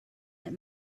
that